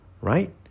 right